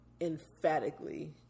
emphatically